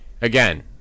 Again